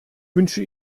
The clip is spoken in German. wünsche